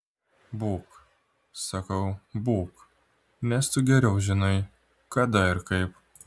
būk sakau būk nes tu geriau žinai kada ir kaip